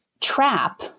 trap